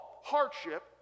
hardship